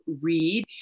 read